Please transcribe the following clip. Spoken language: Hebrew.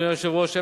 אדוני היושב-ראש,